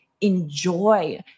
enjoy